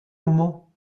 moment